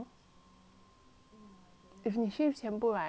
if 你 shave 全部它永远不会再长了